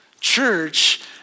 Church